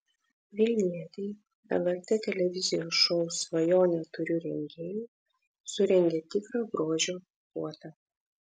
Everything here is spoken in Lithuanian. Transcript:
vilnietei lrt televizijos šou svajonę turiu rengėjai surengė tikrą grožio puotą